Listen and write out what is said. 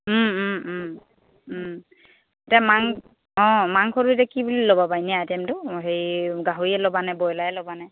এতিয়া মাংস অঁ মাংসটো এতিয়া কি বুলি ল'বা বাৰু এনেই আইটেমটো হেৰি গাহৰিয়ে ল'বানে ব্ৰইলাৰে ল'বানে